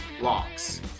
locks